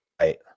Right